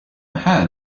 had